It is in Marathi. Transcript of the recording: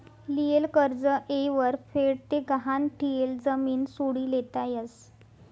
लियेल कर्ज येयवर फेड ते गहाण ठियेल जमीन सोडी लेता यस